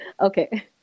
Okay